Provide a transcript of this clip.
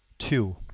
two.